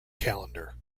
calendar